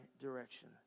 direction